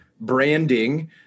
branding